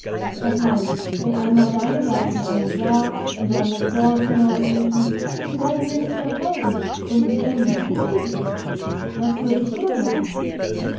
was meinst wenn einmal deine geißen eine da und die andere dort hinausliefen und sie wollten dir nicht mehr folgen und nicht tun was gut ist für sie was würdest du dann machen